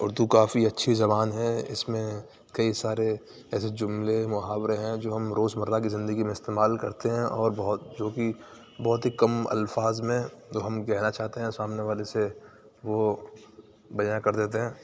اردو کافی اچھی زبان ہے اس میں کئی سارے ایسے جملے محاورے ہیں جو ہم روز مرہ کی زندگی میں استعمال کرتے ہیں اور بہت جو بھی بہت ہی کم الفاظ میں جو ہم کہنا چاہتے ہیں سامنے والے سے وہ بیاں کر دیتے ہیں